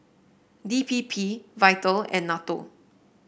D P P Vital and NATO